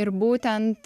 ir būtent